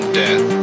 death